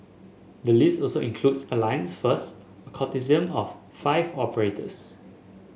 the list also includes Alliance First a consortium of five operators